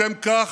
לשם כך,